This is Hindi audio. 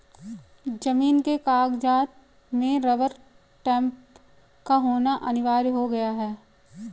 जमीन के कागजात में रबर स्टैंप का होना अनिवार्य हो गया है